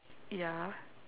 ya